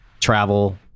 travel